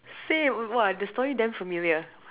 same !wah! the story damn familiar